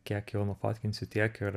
kiek jau nufotkinsiu tiek ir